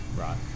Right